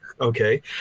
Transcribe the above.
Okay